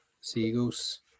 seagulls